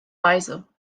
weise